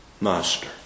Master